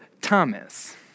Thomas